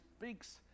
speaks